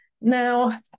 Now